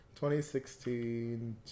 2016